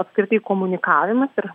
apskritai komunikavimas ir